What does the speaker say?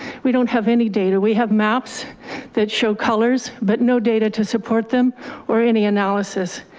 we don't have any data. we have maps that show colors, but no data to support them or any analysis.